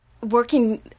working